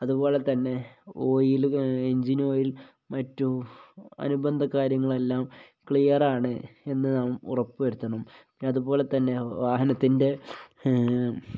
അതുപോലെ തന്നെ oil engine oil മറ്റ് അനുബന്ധ കാര്യങ്ങളെല്ലാം ക്ലിയറാണ് എന്ന് നാം ഉറപ്പുവരുത്തണം പിന്നെ അതുപോലെ തന്നെ വാഹനത്തിൻ്റെ